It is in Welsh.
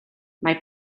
mae